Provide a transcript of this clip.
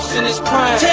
in his prime